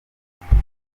ikindi